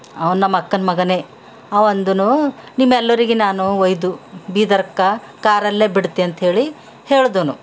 ಅವ ನಮ್ಮಅಕ್ಕನ್ ಮಗನೇ ಅವಂದನು ನಿಮ್ಮೆಲ್ಲರಿಗೆ ನಾನು ಒಯ್ದು ಬೀದರ್ಕ ಕಾರಲ್ಲೇ ಬಿಡ್ತೆ ಅಂತೇಳಿ ಹೇಳಿದನು